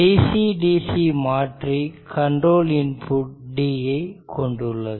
DC DCமாற்றி control input d ஐ கொண்டுள்ளது